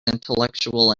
intellectual